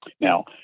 Now